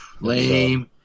Lame